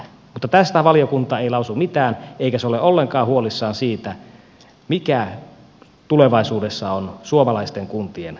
mutta tästä valiokunta ei lausu mitään eikä ole ollenkaan huolissaan siitä mikä tulevaisuudessa on suomalaisten kuntien asema